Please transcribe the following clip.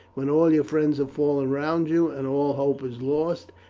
when all your friends have fallen round you, and all hope is lost,